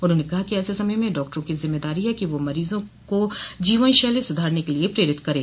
उन्होंने कहा कि ऐसे समय में डॉक्टरों की जिम्मेदारी है कि वह मरीजों को जीवन शैली सुधारने के लिये प्रेरित करे